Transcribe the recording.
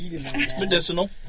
medicinal